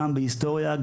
היסטוריה,